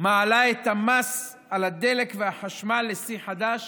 מעלה את המס על הדלק והחשמל לשיא חדש,